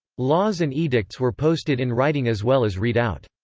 laws and edicts were posted in writing as well as read out.